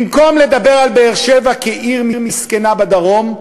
במקום לדבר על באר-שבע כעיר מסכנה בדרום,